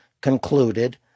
concluded